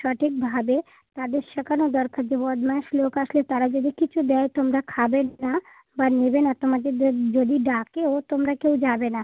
সঠিকভাবে তাদের শেখানো দরকার যে বদমাশ লোক আসলে তারা যদি কিছু দেয় তোমরা খাবে না বা নেবে না তোমাদের দে যদি ডাকেও তোমরা কেউ যাবে না